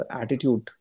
attitude